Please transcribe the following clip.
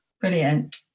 Brilliant